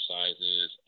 exercises